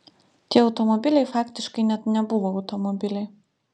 tie automobiliai faktiškai net nebuvo automobiliai